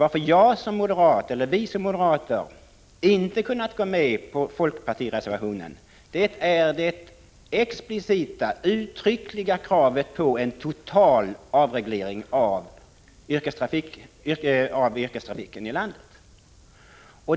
Anledningen till att vi moderater inte har kunnat gå med på folkpartireservationen är det explicita kravet på en total avreglering av yrkestrafiken i landet.